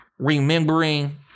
remembering